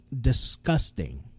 disgusting